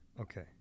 Okay